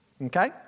Okay